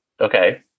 Okay